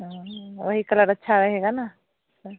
हाँ वही कलर अच्छा रहेगा ना हाँ